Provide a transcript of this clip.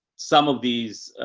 some of these,